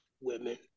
women